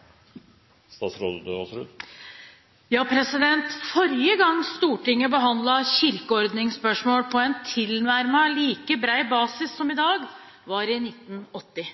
dag, var i 1980.